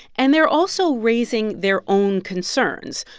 and they're also raising their own concerns.